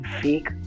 fake